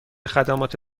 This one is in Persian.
خدمات